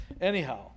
Anyhow